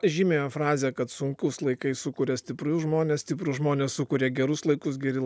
žymiąją frazę kad sunkūs laikai sukuria stiprius žmones stiprūs žmonės sukuria gerus laikus geri